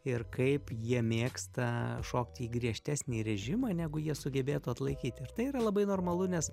ir kaip jie mėgsta šokti į griežtesnį režimą negu jie sugebėtų atlaikyt ir tai yra labai normalu nes